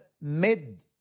mid